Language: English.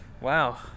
Wow